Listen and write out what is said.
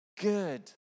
good